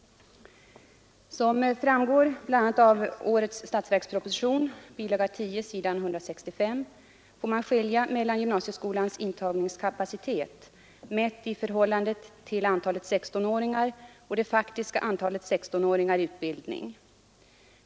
Som framgår bl.a. av årets statsverksproposition får man skilja mellan gymnasieskolans intagningskapacitet, mätt i förhållande till antalet 16-åringar, och det faktiska antalet 16-åringar i utbildning.